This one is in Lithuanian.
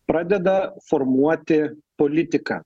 pradeda formuoti politiką